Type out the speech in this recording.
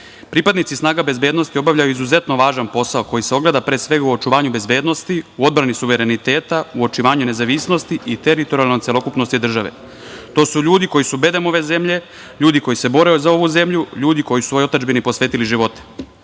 snaga bezbednosti obavljaju izuzetno važan posao, koji se ogleda, pre svega, u očuvanju bezbednosti, u odbrani suvereniteta, u očuvanju nezavisnosti i teritorijalnoj celokupnosti države. To su ljudi koji su bedem ove zemlje, ljudi koji se bore za ovu zemlju, ljudi koji su svojoj otadžbini posvetili živote. Biti